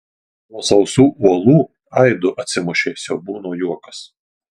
nuo sausų uolų aidu atsimušė siaubūno juokas